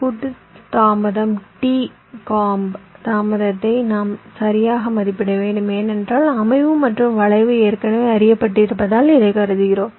கூட்டு தாமதம் t காம்ப் தாமதத்தை நாம் சரியாக மதிப்பிட வேண்டும் ஏனென்றால் அமைவு மற்றும் வளைவு ஏற்கனவே அறியப்பட்டிருப்பதால் இதை கருதுகிறோம்